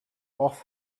off